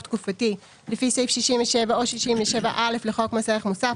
תקופתי לפי סעיף 67 או 67א לחוק מס ערך מוסף,